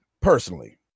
personally